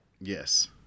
Yes